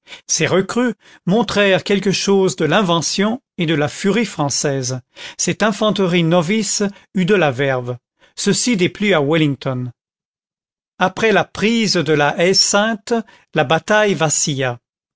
ces recrues montrèrent quelque chose de l'invention et de la furie françaises cette infanterie novice eut de la verve ceci déplut à wellington après la prise de la haie sainte la bataille vacilla